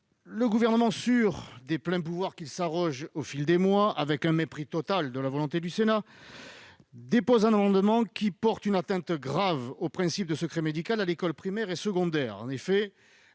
Le Gouvernement, fort des pleins pouvoirs qu'il s'arroge au fil des mois, avec un mépris total de la volonté du Sénat, présente un amendement qui, s'il était adopté, porterait une atteinte grave au secret médical à l'école primaire et secondaire.